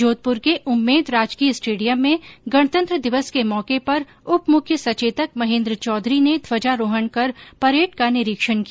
जोधपुर के उम्मेद राजकीय स्टेडियम में गणतंत्र दिवस के मौके पर उपमुख्य सचेतक महेन्द्र चौधरी ने ध्वजारोहण कर परेड का निरीक्षण किया